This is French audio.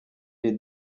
est